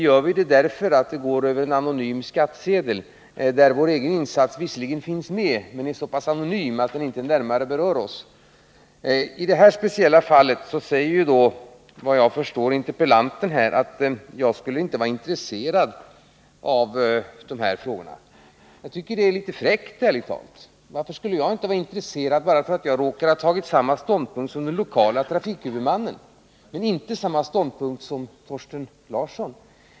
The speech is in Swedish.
Gör vi det därför att kostnaden tas över skattsedlarna, där vår egen insats visserligen finns med men är så pass anonym att den inte berör Oss? I det här speciella fallet säger interpellanten att jag inte skulle vara intresserad av dessa frågor. Jag tycker att det är litet fräckt, ärligt talat. Skulle jag inte vara intresserad, bara därför att jag råkar ha intagit samma ståndpunkt som den lokala trafikhuvudmannen och inte samma ståndpunkt som Thorsten Larsson?